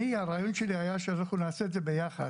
אני הרעיון שלי היה שאנחנו נעשה את זה ביחד,